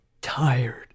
tired